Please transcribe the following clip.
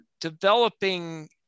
developing